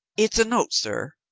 it's a note, sir,